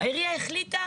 העירייה החליטה,